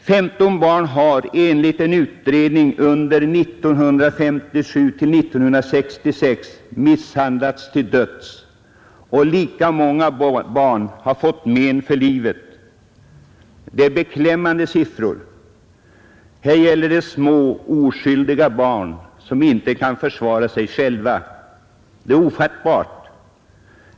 Femton barn har, enligt en utredning, under 1957—1966 misshandlats till döds, och lika många barn har fått men för livet. Det är beklämmande siffror. Här gäller det små oskyldiga barn som inte kan försvara sig själva. Det är ofattbart.